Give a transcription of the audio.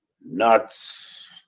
nuts